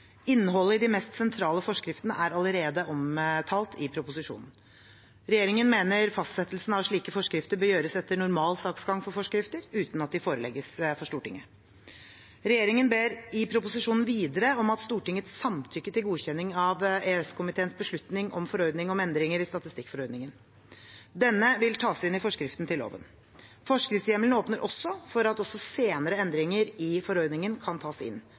Innholdet i de mest sentrale forskriftene er allerede omtalt i proposisjonen. Regjeringen mener fastsettelsen av slike forskrifter bør gjøres etter normal saksgang for forskrifter, uten at de forelegges for Stortinget. Regjeringen ber i proposisjonen videre om Stortingets samtykke til godkjenning av EØS-komiteens beslutning om forordning om endringer i statistikkforordningen. Denne vil tas inn i forskriften til loven. Forskriftshjemmelen åpner for at også senere endringer i forordningen kan tas inn.